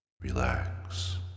relax